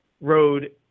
road